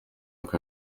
uko